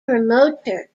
promoter